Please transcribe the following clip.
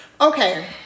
okay